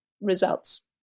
results